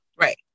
Right